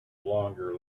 longer